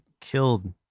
killed